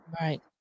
right